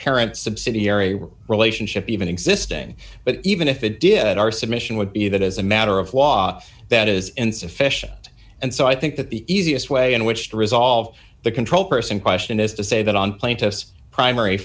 parent subsidiary work relationship even existing but even if it did our submission would be that as a matter of law that is insufficient and so i think that the easiest way in which to resolve the control person question is to say that on plaintiff's primary